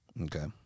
Okay